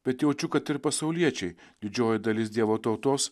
bet jaučiu kad ir pasauliečiai didžioji dalis dievo tautos